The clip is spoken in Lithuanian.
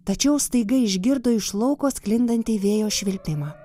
tačiau staiga išgirdo iš lauko sklindantį vėjo švilpimą